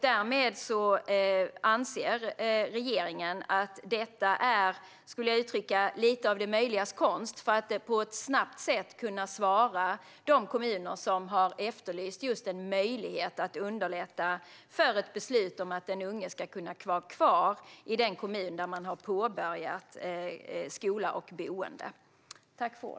Därmed anser regeringen att detta är lite av det möjligas konst, skulle jag vilja uttrycka det, för att man på ett snabbt sätt ska kunna svara de kommuner som har efterlyst just en möjlighet att underlätta för ett beslut om att de unga ska kunna vara kvar i den kommun där de har börjat i en skola och där de bor.